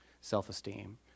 self-esteem